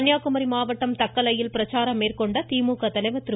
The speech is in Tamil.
கன்னியாகுமரி மாவட்டம் தக்கலையில் பிரச்சாரம் மேற்கொண்ட திமுக தலைவர் திரு